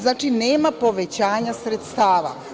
Znači, nema povećanja sredstava.